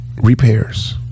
repairs